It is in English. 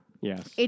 Yes